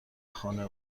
خانه